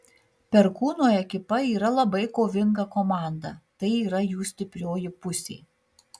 perkūno ekipa yra labai kovinga komanda tai yra jų stiprioji pusė